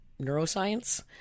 neuroscience